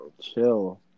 Chill